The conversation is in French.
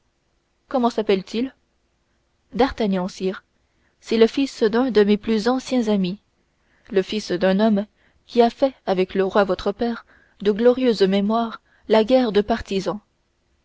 comment s'appelle-t-il d'artagnan sire c'est le fils d'un de mes plus anciens amis le fils d'un homme qui a fait avec le roi votre père de glorieuse mémoire la guerre de partisan